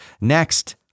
Next